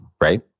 right